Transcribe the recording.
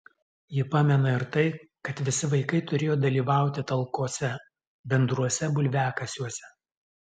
ji pamena ir tai kad visi vaikai turėjo dalyvauti talkose bendruose bulviakasiuose